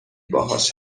باهاش